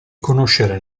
conoscere